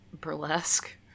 Burlesque